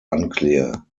unclear